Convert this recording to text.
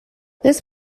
this